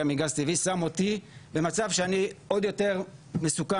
מגז טבעי שם אותי במצב שאני עוד יותר מסוכן,